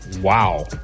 Wow